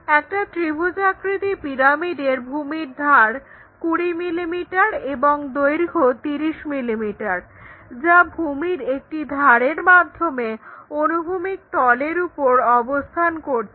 একটা ত্রিভুজাকৃতি পিরামিডের ভূমির ধার 20 mm এবং দৈর্ঘ্য 30 mm যা ভূমির একটি ধারের মাধ্যমে অনুভূমিক তলের উপর অবস্থান করছে